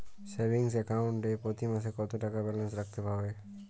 Savings account এ প্রতি মাসে কতো টাকা ব্যালান্স রাখতে হবে?